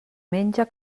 menja